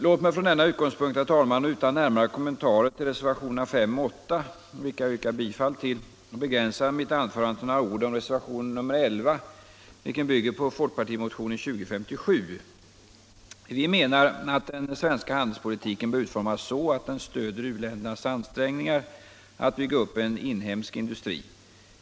Låt mig från denna utgångspunkt — och utan närmare kommentarer till reservationerna 5 och 8, vilka jag yrkar bifall till — begränsa mitt anförande till några ord om reservationen 11, vilken bygger på folkpartimotionen 2057. Vi menar att den svenska handelspolitiken bör utformas så att den stöder u-ländernas ansträngningar att bygga upp en inhemsk industri.